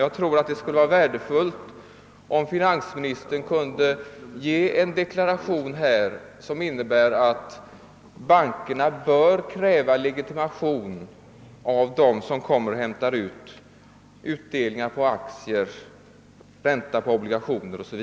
Jag tycker det skulle vara värdefullt om finansministern här kunde deklarera att bankerna bör kräva legitimation av dem som kommer och hämtar ut utdelning på aktier, räntor på obhligationer 0. s. v.